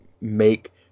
make